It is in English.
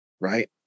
right